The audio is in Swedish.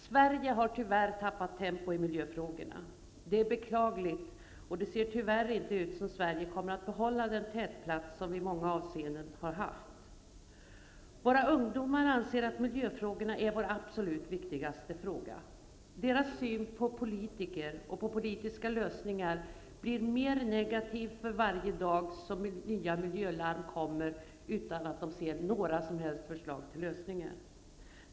Sverige har tyvärr tappat tempo i miljöfrågorna. Det är beklagligt. Det ser tyvärr inte ut som om Sverige kommer att behålla den tätplats som vi har haft i många avseenden. Våra ungdomar anser att miljöfrågorna är våra absolut viktigaste frågor. Deras syn på politiker och politiska lösningar blir mer negativ för varje dag som nya miljölarm kommer utan att de ser några som helst förslag till lösningar.